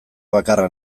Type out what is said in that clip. bakarra